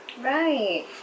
Right